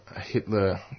Hitler